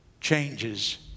changes